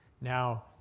Now